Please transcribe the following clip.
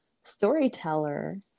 storyteller